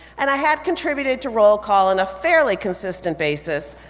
and i had contributed to roll call on a fairly consistent basis,